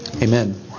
Amen